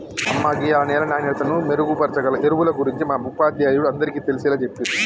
అమ్మ గీయాల నేల నాణ్యతను మెరుగుపరచాగల ఎరువుల గురించి మా ఉపాధ్యాయుడు అందరికీ తెలిసేలా చెప్పిర్రు